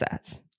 says